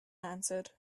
answered